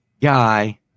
guy